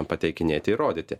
pateikinėti ir rodyti